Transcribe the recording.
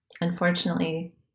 unfortunately